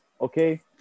okay